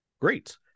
Great